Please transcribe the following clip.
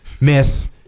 miss